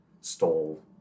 stole